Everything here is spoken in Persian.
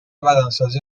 بدنسازی